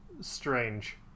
strange